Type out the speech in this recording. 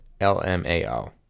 LMAO